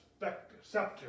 scepter